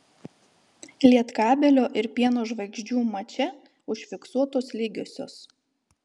lietkabelio ir pieno žvaigždžių mače užfiksuotos lygiosios